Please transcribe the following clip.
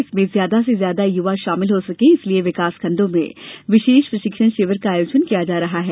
इसमें ज्यादा से ज्यादा युवा शामिल हो सके इसलिए विकासखण्डों में विशेष प्रशिक्षण शिविर का आयोजन किया जा रहा है